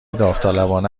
داوطلبانه